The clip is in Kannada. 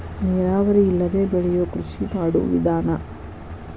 ನೇರಾವರಿ ಇಲ್ಲದೆ ಬೆಳಿಯು ಕೃಷಿ ಮಾಡು ವಿಧಾನಾ